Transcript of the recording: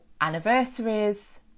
anniversaries